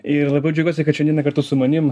ir labai džiaugiuosi kad šiandieną kartu su manim